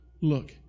look